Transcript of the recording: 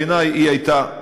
--- בעיני היא הייתה,